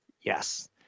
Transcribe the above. Yes